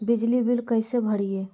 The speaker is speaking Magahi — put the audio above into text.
बिजली बिल कैसे भरिए?